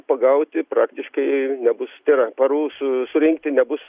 pagauti praktiškai nebus tai yra parų su surinkti nebus